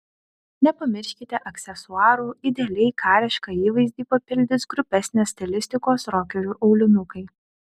nepamirškite aksesuarų idealiai karišką įvaizdį papildys grubesnės stilistikos rokerių aulinukai